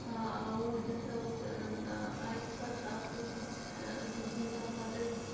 out گژھان اوس اکہِ پتہٕ اکھ أسۍ ٲسۍ أسۍ ٲسۍ گِنٛدان پتہٕ أسۍ ٲسۍ